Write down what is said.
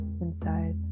inside